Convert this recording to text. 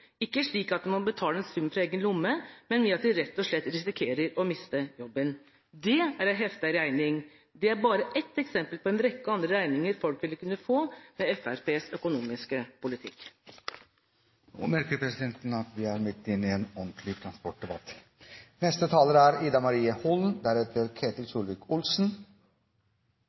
ikke slik at de må betale en sum fra egen lomme, men ved at de rett og slett risikerer å miste jobben. Det er å hefte på en regning. Det er bare ett eksempel på en rekke regninger folk vil kunne få med Fremskrittspartiets økonomiske politikk. Nå merker presidenten at vi er midt inne i en ordentlig transportdebatt! Det er